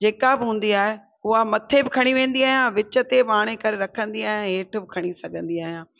जेका बि हूंदी आहे उहा मथे बि खणी वेंदी आहियां विच ते बि आणे करे रखंदी आहियां ऐं हेठि बि खणी सघंदी आहियां